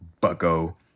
bucko